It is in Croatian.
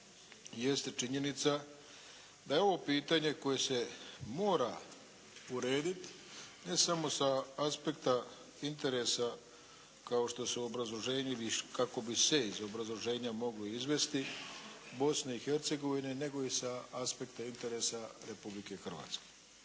jeste činjenica da je ovo pitanje koje se mora urediti ne samo sa aspekta interesa kao što su u obrazloženju ili kako bi se iz obrazloženja moglo izvesti, Bosne i Hercegovine nego i sa aspekta interesa Republike Hrvatske.